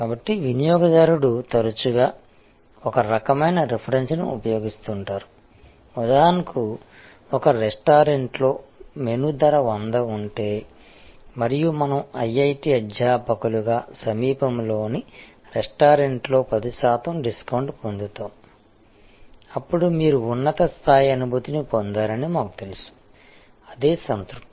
కాబట్టి వినియోగదారుడు తరచుగా ఒక రకమైన రిఫరెన్స్ని ఉపయోగిస్తుంటారు ఉదాహరణకు ఒక రెస్టారెంట్లో మెనూ ధర 100 ఉంటే మరియు మనం IIT అధ్యాపకులుగా సమీపంలోని రెస్టారెంట్లో 10 శాతం డిస్కౌంట్ పొందుతాము అప్పుడు మీరు ఉన్నత స్థాయి అనుభూతి పొందారని మాకు తెలుసు అదే సంతృప్తి